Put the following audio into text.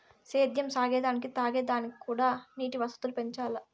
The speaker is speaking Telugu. సేద్యం సాగే దానికి తాగే దానిక్కూడా నీటి వసతులు పెంచాల్ల